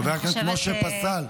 חבר הכנסת פסל.